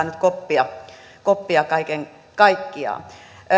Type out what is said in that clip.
nyt koppia koppia kaiken kaikkiaan